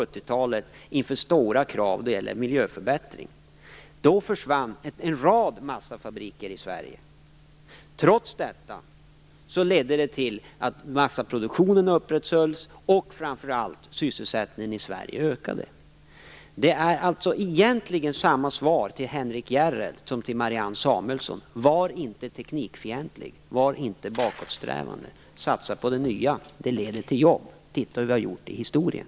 talet inför stora krav på miljöförbättring. Då försvann en rad massafabriker i Sverige. Trots detta ledde det till att massaproduktionen upprätthölls och framför allt till att sysselsättningen i Sverige ökade. Jag vill alltså egentligen ge samma svar till Henrik S Järrel som till Marianne Samuelsson: Var inte teknikfientlig. Var inte bakåtsträvande. Satsa på det nya; det leder till jobb. Titta hur vi har gjort i historien.